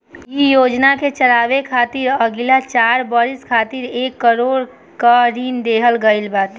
इ योजना के चलावे खातिर अगिला चार बरिस खातिर एक करोड़ कअ ऋण देहल गईल बाटे